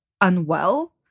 unwell